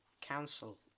council